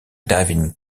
david